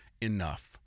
enough